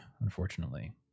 unfortunately